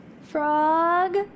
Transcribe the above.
Frog